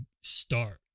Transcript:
start